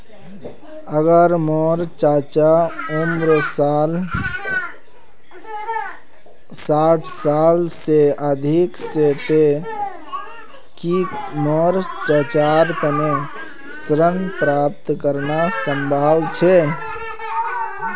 अगर मोर चाचा उम्र साठ साल से अधिक छे ते कि मोर चाचार तने ऋण प्राप्त करना संभव छे?